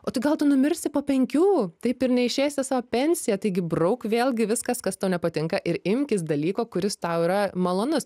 o tai gal tu numirsi po penkių taip ir neišeisi sau pensiją taigi brauk vėlgi viskas kas tau nepatinka ir imkis dalyko kuris tau yra malonus